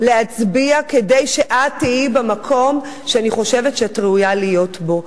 להצביע כדי שאת תהיי במקום שאני חושבת שאת ראויה להיות בו.